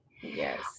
Yes